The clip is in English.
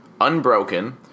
unbroken